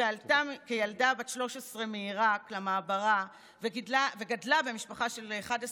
שעלתה כילדה בת 13 מעיראק למעברה וגדלה במשפחה של 11 נפשות,